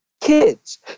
Kids